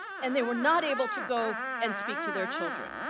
and they were not able to go and speak to their children.